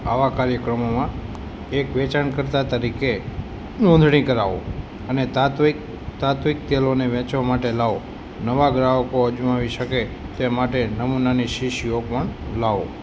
આવાં કાર્યક્રમોમાં એક વેચાણકર્તા તરીકે નોંધણી કરાવો અને તાત્ત્વિક તાત્ત્વિક તેલોને વેચવા માટે લાવો નવાં ગ્રાહકો અજમાવી શકે તે માટે નમૂનાની શીશીઓ પણ લાવો